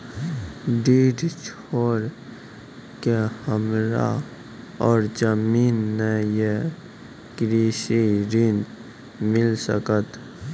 डीह छोर के हमरा और जमीन ने ये कृषि ऋण मिल सकत?